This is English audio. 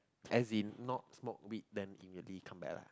as in not smoke weed then immediately come back lah